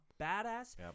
badass